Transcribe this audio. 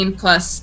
plus